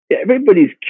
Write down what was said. everybody's